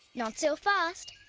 not so fast.